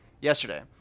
yesterday